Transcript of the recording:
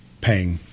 paying